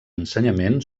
ensenyament